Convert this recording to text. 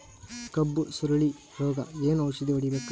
ಕಬ್ಬು ಸುರಳೀರೋಗಕ ಏನು ಔಷಧಿ ಹೋಡಿಬೇಕು?